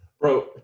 Bro